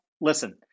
listen